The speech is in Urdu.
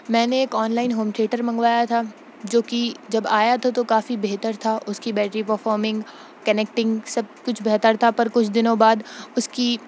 میں نے ایک آن لائن ہوم ٹھیٹر منگوایا تھا جو کہ جب آیا تھا تو کافی بہتر تھا اس کی بیٹری پرفارمنگ کنیکٹنگ سب کچھ بہتر تھا پر کچھ دنوں بعد اس کی